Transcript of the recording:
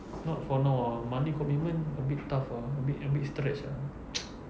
not for now ah monthly commitment a bit tough ah a bit a bit stretched ah